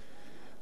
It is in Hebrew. כמו כן,